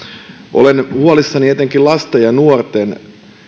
olen huolissani etenkin lasten ja nuorten